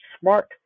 smart